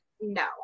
no